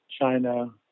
China